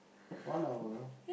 one hour